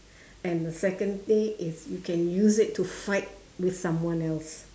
and secondly is you can use it to fight with someone else